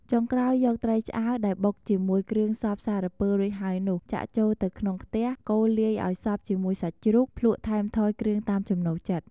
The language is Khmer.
ចុងក្រោយយកត្រីឆ្អើរដែលបុកជាមួយគ្រឿងសព្វសារពើរួចហើយនោះ ចាក់ចូលទៅក្នុងខ្ទះ កូរលាយឱ្យសព្វជាមួយសាច់ជ្រូក ភ្លក្សថែមថយគ្រឿងតាមចំណូលចិត្ត។